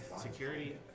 Security